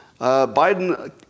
Biden